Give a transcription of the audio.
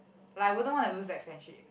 like I wouldn't want to lose that friendship